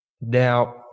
Now